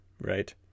right